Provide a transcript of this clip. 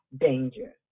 danger